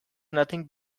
nothing